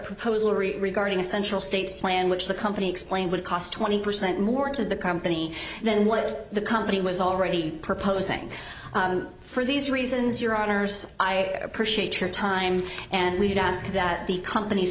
proposal regarding a central state's plan which the company explained would cost twenty percent more to the company than what the company was already proposing for these reasons your honors i appreciate your time and we would ask that the company's